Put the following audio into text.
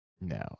no